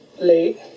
late